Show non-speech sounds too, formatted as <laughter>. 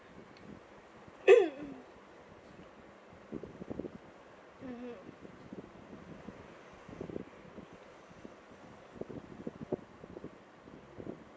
<noise> mmhmm